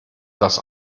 das